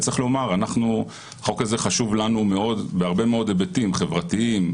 צריך לומר שהחוק הזה חשוב לנו מאוד בהרבה מאוד היבטים: חברתיים,